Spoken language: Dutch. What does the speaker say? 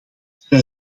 zij